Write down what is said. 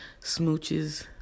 Smooches